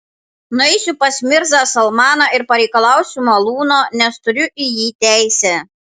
nueisiu pas mirzą salmaną ir pareikalausiu malūno nes turiu į jį teisę